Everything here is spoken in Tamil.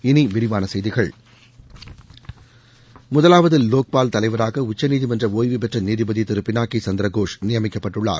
இனி விரிவான செய்திகள் முதலாவது லோக்பால் தலைவராக உச்சநீதிமன்ற ஓய்வு பெற்ற நீதிபதி திரு பினாக்கி சந்திரகோஷ் நியமிக்கப்பட்டுள்ளார்